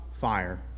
fire